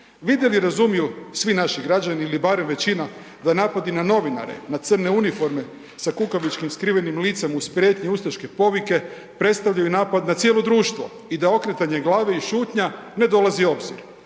Vide li i razumiju svi naši građani ili barem većina da napadi na novinare, na crne uniforme sa kukavičkim skrivenim licem uz prijetnju ustaške povike predstavljaju napad na cijelo društvo i da okretanje glave i šutnja ne dolazi u obzir.